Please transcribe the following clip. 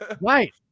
Right